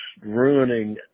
ruining